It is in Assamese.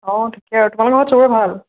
অঁ ঠিকে আৰু তোমালোকৰ ঘৰত চবৰে ভাল